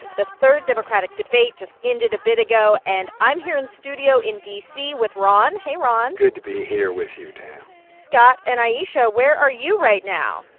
the third democratic debate just ended a bit ago. and i'm here in studio in d c. with ron. hey, ron good to be here with you, tam scott and ayesha, where are you right now?